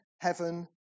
heaven